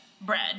bread